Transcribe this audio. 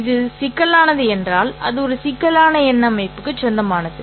இது சிக்கலானது என்றால் அது ஒரு சிக்கலான எண் அமைப்புக்கு சொந்தமானது